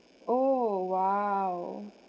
oh !wow!